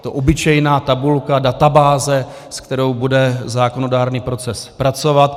Je to obyčejná tabulka, databáze, s kterou bude zákonodárný proces pracovat.